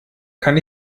kann